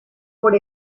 por